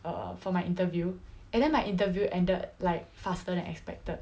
err for my interview and then my interview ended like faster than expected